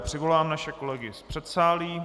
Přivolám naše kolegy z předsálí.